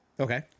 Okay